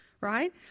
right